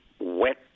wet